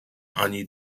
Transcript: ani